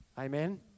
Amen